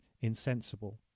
insensible